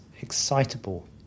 excitable